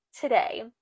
today